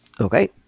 okay